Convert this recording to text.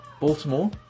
Baltimore